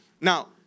Now